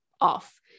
off